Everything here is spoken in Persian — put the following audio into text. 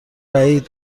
بعید